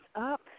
up